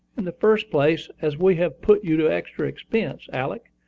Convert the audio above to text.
in the first place, as we have put you to extra expense, alick,